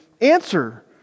Answer